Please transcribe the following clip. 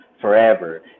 forever